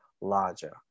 larger